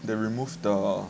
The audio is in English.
they remove the